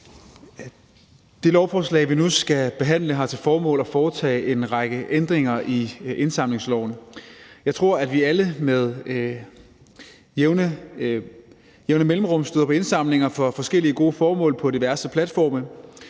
Det lovforslag, vi nu skal behandle, har til formål at foretage en række ændringer i indsamlingsloven. Jeg tror, at vi alle med jævne mellemrum støder på indsamlinger for forskellige gode formål på diverse platforme.